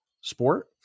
sport